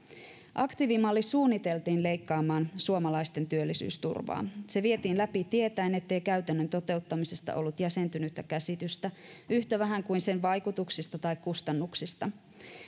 aktiivimalli suunniteltiin leikkaamaan suomalaisten työllisyysturvaa se vietiin läpi tietäen ettei käytännön toteuttamisesta ollut jäsentynyttä käsitystä yhtä vähän kuin sen vaikutuksista tai kustannuksista